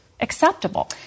acceptable